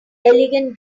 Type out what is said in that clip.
elegant